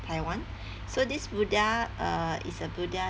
taiwan so this buddha uh is a buddha